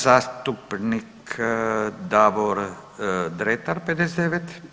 Zastupnik Davor Dretar, 59.